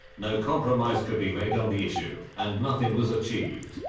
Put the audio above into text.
no compromise could be made on the issue, and nothing was achieved.